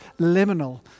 liminal